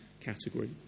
category